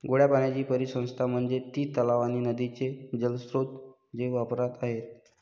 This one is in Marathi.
गोड्या पाण्याची परिसंस्था म्हणजे ती तलाव आणि नदीचे जलस्रोत जे वापरात आहेत